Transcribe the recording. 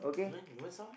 you want you want some